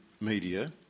media